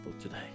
today